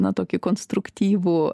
na tokį konstruktyvų